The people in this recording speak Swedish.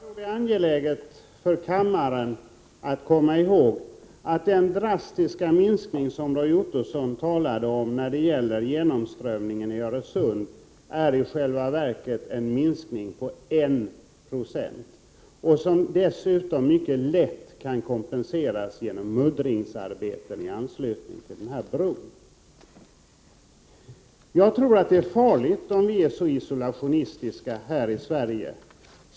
Herr talman! Jag tror att det är angeläget att komma ihåg att den drastiska minskning som Roy Ottosson talade om när det gäller genomströmningen i Öresund i själva verket är en minskning med 1 90, en minskning som mycket lätt kan kompenseras genom muddringsarbeten i anslutning till denna bro. Jag tror att det är farligt om vi är så isolationistiska i Sverige.